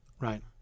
right